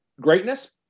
greatness